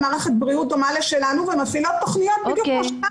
מערכת בריאות דומה לשלנו ומפעילות תכניות בדיוק כמו שלנו.